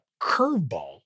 curveball